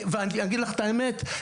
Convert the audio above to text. אני אגיד לך את האמת,